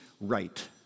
right